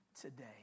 today